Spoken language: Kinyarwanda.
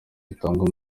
zitangwa